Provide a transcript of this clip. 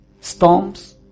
storms